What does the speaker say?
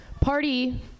party